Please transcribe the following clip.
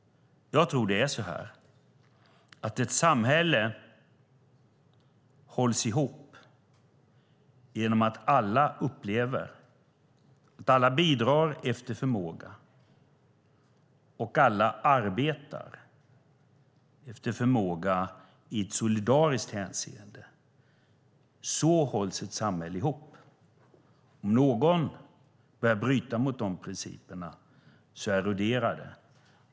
Jag tror att det är så här. Ett samhälle hålls ihop genom att alla upplever att alla bidrar efter förmåga och att alla arbetar efter förmåga i ett solidariskt hänseende. Så hålls ett samhälle ihop. Om någon börjar bryta mot de principerna eroderar det.